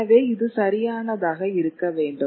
எனவே இது சரியானதாக இருக்க வேண்டும்